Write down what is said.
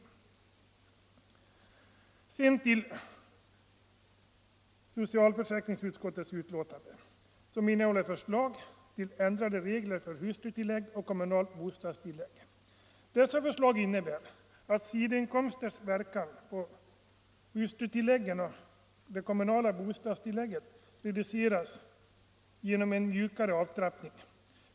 Sedan övergår jag till socialförsäkringsutskottets betänkande, som innehåller förslag till ändrade regler för hustrutillägg och kommunalt bostadstillägg. Dessa förslag innebär att sidoinkomsters verkan på hustrutillägg och kommunalt bostadstillägg reduceras genom en mjukare avtrappning.